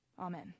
Amen